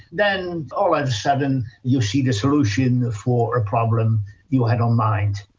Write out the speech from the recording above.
then all of a sudden you see the solution for a problem you had on mind.